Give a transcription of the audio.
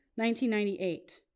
1998